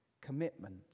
Commitment